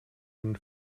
den